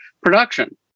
production